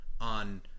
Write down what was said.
on